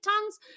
tongues